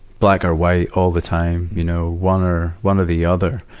black or white all the time, you know, one or, one or the other,